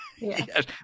Yes